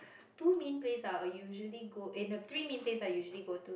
two main place ah I'll usually go eh the three main place I usually go to